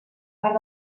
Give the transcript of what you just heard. part